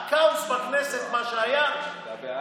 הכאוס בכנסת, מה שהיה, אבדה,